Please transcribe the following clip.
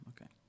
Okay